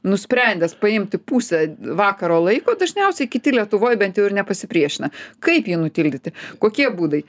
nusprendęs paimti pusę vakaro laiko dažniausiai kiti lietuvoj bent jau ir nepasipriešina kaip jį nutildyti kokie būdai